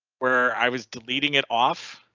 where i was deleting it off.